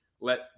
Let